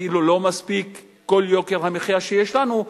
כאילו לא מספיק כל יוקר המחיה שיש לנו,